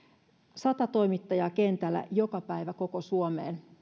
sata toimittajaa kentällä joka päivä koko